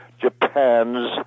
Japan's